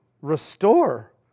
restore